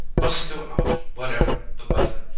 must go out what ever the weather,